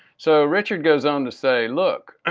so richard goes on to say, look